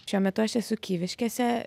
šiuo metu aš esu kyviškėse